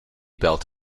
belt